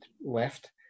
left